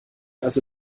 also